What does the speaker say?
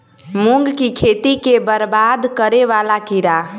मूंग की खेती केँ बरबाद करे वला कीड़ा?